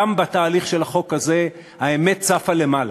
גם בתהליך של החוק הזה האמת צפה למעלה.